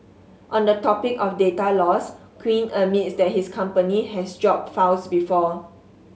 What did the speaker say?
on the topic of data loss Quinn admits that his company has dropped files before